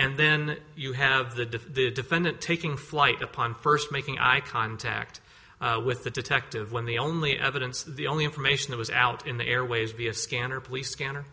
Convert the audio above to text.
and then you have the defendant taking flight upon first making eye contact with the detective when the only evidence the only information that was out in the airways be a scanner police scanner